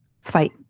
fight